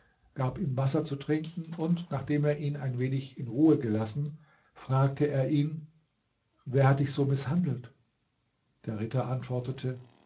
gab ihm wasser zu trinken und nachdem er ihn ein wenig in ruhe gelassen fragte er ihn wer hat dich so mißhandelt der ritter antwortete